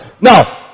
Now